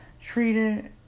treated